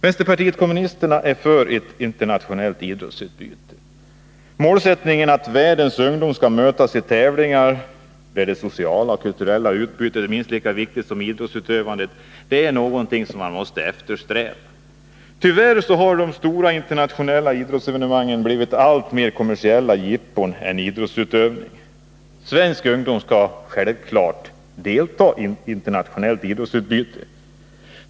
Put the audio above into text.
Vänsterpartiet kommunisterna är för ett internationellt idrottsutbyte. Målsättningen, att världens ungdom skall mötas i tävlingar där det sociala och kulturella utbytet är minst lika viktigt som idrottsutövandet. är något eftersträvansvärt. Tyvärr har de stora internationella idrottsevenemangen alltmer blivit kommersiella jippon än idrottsutövning. Svensk idrottsungdom skall självfallet delta i internationellt idrottsutbyte.